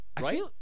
Right